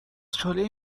چاله